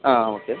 ಹಾಂ ಓಕೆ